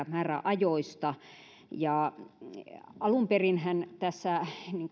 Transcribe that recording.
määräajoista alun perinhän